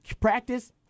practice